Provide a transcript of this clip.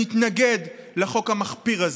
נתנגד לחוק המחפיר הזה.